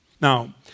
Now